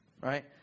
right